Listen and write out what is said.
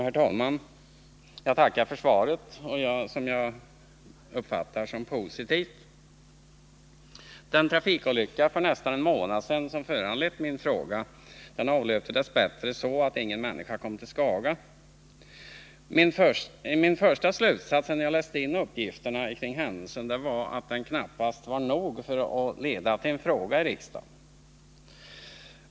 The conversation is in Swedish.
Herr talman! Jag tackar för svaret, som jag uppfattar som positivt. Den trafikolycka för nästan en månad sedan som föranlett min fråga avlöpte dess bättre så att ingen människa kom till skada. Min första slutsats, sedan jag läst in uppgifterna kring händelsen, var att den knappast var nog för att leda till en fråga i riksdagen.